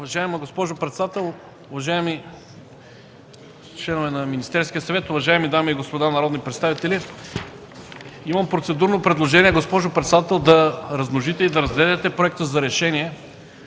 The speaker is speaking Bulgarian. уважаема госпожо председател. Уважаеми членове на Министерския съвет, уважаеми дами и господа народни представители! Имам процедурно предложение, госпожо председател, да размножите и да раздадете Проекта за решение,